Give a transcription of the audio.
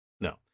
No